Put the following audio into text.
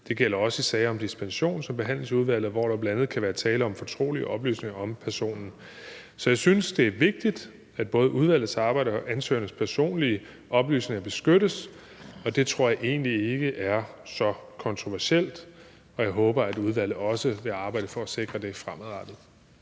Det gælder også i sager om dispensation, som behandles i udvalget, hvor der bl.a. kan være tale om fortrolige oplysninger om personen. Så jeg synes, det er vigtigt, at både udvalgets arbejde og ansøgernes personlige oplysninger beskyttes. Det tror jeg egentlig ikke er så kontroversielt, og jeg håber, at udvalget også vil arbejde for at sikre det fremadrettet.